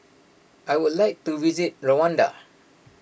I would like to visit Rwanda